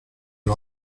los